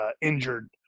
injured